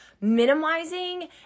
minimizing